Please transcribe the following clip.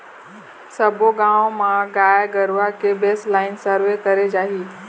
सब्बो गाँव म गाय गरुवा के बेसलाइन सर्वे करे जाही